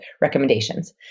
recommendations